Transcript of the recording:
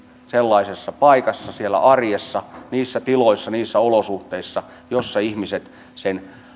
sellaisessa paikassa siellä arjessa niissä tiloissa niissä olosuhteissa joissa ihmiset sen